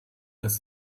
ist